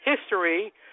history